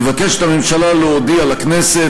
הממשלה מבקשת להודיע לכנסת,